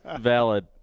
Valid